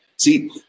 See